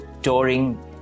touring